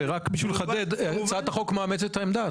מרוב זה שדיברתי בתקשורת בכל דרך אפשרית,